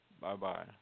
Bye-bye